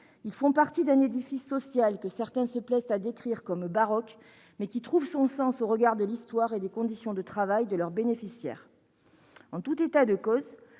Ils font partie d'un édifice social que certains se plaisent à décrire comme baroque, mais qui trouve son sens au regard de l'histoire et des conditions de travail de leurs bénéficiaires. En tout état de cause,